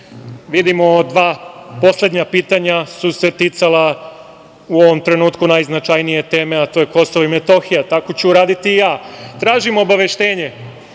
vidimo dva poslednja pitanja su se ticala u ovom trenutku najznačajnije teme, a to je Kosovo i Metohija. Tako ću uraditi i ja. Tražim obaveštenje